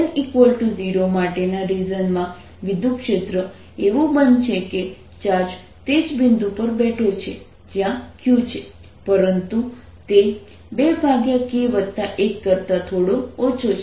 તેથી x ≤ 0 માટેના રિજનમાં વિદ્યુતક્ષેત્ર એવું બનશે કે ચાર્જ તે જ બિંદુ પર બેઠો છે જ્યાં q છે પરંતુ તે 2k1 કરતા થોડો ઓછો છે